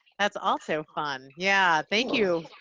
that's also fun. yeah, thank you.